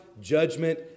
judgment